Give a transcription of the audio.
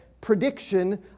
prediction